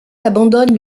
abandonne